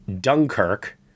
Dunkirk